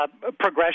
progression